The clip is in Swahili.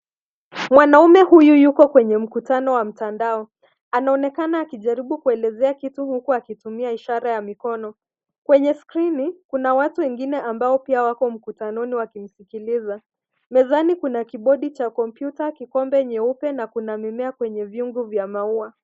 Mwanaume huyu yuko kwenye mkutano wa mtandao. Anaonekana akijaribu kuelezea kitu huku akitumia ishara ya mikono. Kwenye skrini, kuna watu wengine ambao pia wako mkutanoni wakimsikiliza. Mezani kuna kibodi cha kompyuta, kikombe nyeupe na kuna mimea kwenye viungu vya maua.